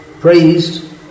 praised